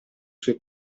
sue